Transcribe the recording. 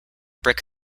brick